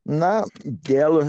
na dėl